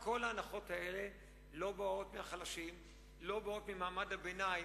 כל ההנחות האלה לא באות לחלשים או למעמד הביניים,